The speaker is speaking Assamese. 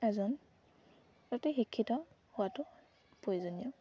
এজন তাতে শিক্ষিত হোৱাটো প্ৰয়োজনীয়